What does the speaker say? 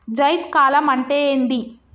జైద్ కాలం అంటే ఏంది?